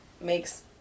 makes